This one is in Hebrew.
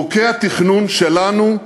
חוקי התכנון שלנו,